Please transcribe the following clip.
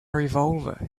revolver